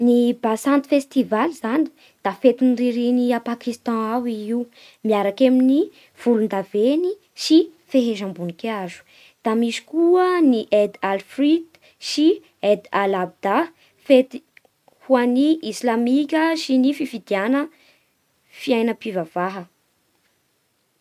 Ny basant festivaly zany da fetin'ny ririny a Pakistan ao i io miaraky amin'ny volondaveny sy fehezam-boninkazo. Da misy koa ny Eid al fri sy Eid ul-Adha, fety ho an'ny islamika sy ny fifidiana fiainam-pivavaha.